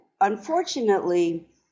unfortunately